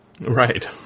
Right